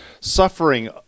Suffering